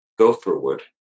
Gopherwood